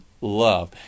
love